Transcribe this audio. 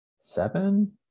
seven